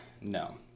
No